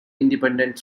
independent